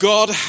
God